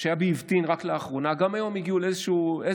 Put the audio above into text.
שהיה באבטין רק לאחרונה, גם היום הגיעו לאיזשהו,